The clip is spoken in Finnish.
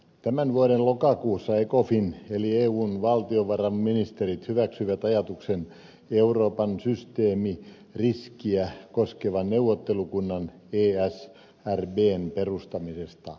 tämän vuoden lokakuussa ecofin eli eun valtiovarainministerit hyväksyivät ajatuksen euroopan systeemiriskiä koskevan neuvottelukunnan esrbn perustamisesta